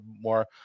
more